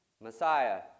Messiah